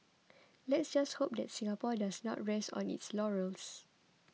let's just hope that Singapore does not rest on its laurels